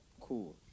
Cool